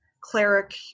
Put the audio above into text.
cleric